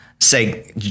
say